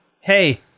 Hey